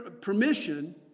permission